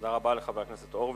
תודה רבה לחבר הכנסת הורוביץ.